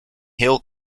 hill